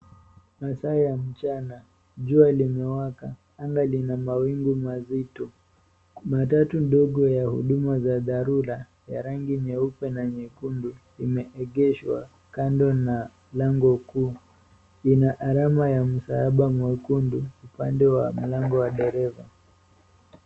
Masaa ya mchana jua limewaka, anga lina mawingu mazito, matatu ndogo ya huduma za dharura ya rangi nyeupe na nyekundu imeegeshwa kando na lango kuu lina alama ya msalaba mwekundu upande wa mlango wa dereva.